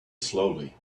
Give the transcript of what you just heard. slowly